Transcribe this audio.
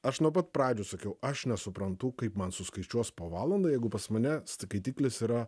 aš nuo pat pradžių sakiau aš nesuprantu kaip man suskaičiuos po valandą jeigu pas mane skaitiklis yra